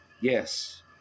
yes